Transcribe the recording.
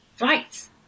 right